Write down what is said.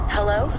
Hello